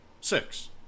Six